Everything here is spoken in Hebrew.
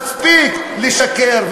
מספיק לשקר.